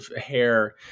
hair